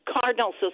cardinals